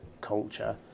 culture